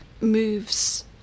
moves